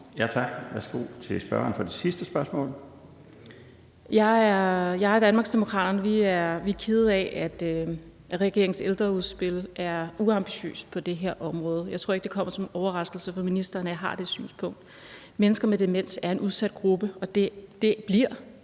Tak. Værsgo til spørgeren for det sidste spørgsmål. Kl. 15:57 Marlene Harpsøe (DD): Jeg og Danmarksdemokraterne er kede af, at regeringens ældreudspil er uambitiøst på det her område. Jeg tror ikke, at det kommer som en overraskelse for ministeren, at jeg har det synspunkt. Mennesker med demens er en udsat gruppe, og det bliver